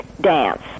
dance